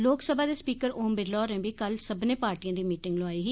लोकसभा दे स्पीकर ओम बिरला होरें बी कल सब्बने पार्टिए दी मीटिंग लुआई ही